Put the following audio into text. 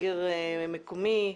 סגר מקומי,